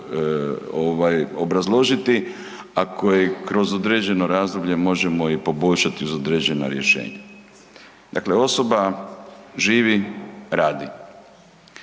obrazložiti a koji kroz određeno razdoblje možemo i poboljšati uz određena rješenja. Dakle, osoba živi, radi,